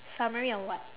summary on what